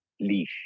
leash